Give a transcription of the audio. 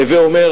הווי אומר,